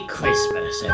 Christmas